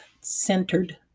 centered